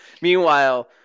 Meanwhile